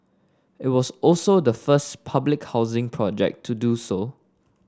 it was also the first public housing project to do so